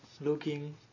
looking